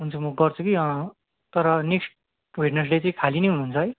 हुन्छ म गर्छु कि तर नेक्स्ट वेडन्सडे चाहिँ खाली नै हुनुहुन्छ है